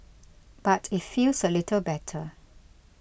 but it feels a little better